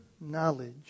knowledge